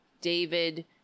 David